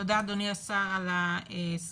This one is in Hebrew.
תודה אדוני השר על הסקירה.